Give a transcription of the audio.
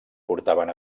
portaven